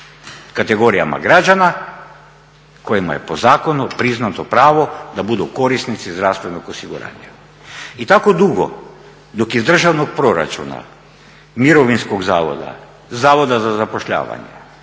kategorijama građana kojima je po zakonu priznato pravo da budu korisnici zdravstvenog osiguranja. I tako dugo dok iz državnog proračuna, mirovinskog zavoda, Zavoda za zapošljavanje